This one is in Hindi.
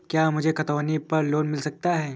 क्या मुझे खतौनी पर लोन मिल सकता है?